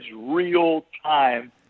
real-time